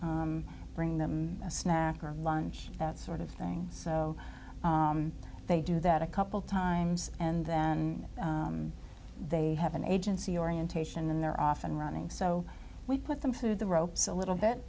s bring them a snack or lunch that sort of thing so they do that a couple times and then they have an agency orientation and they're off and running so we put them through the ropes a little bit